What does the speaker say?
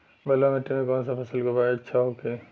बलुआ मिट्टी में कौन सा फसल के उपज अच्छा होखी?